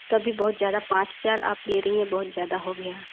तब भी बहुत ज़्यादा पाँच हज़ार आप ले रहीं हैं बहुत ज़्यादा हो गया